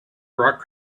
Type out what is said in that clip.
rock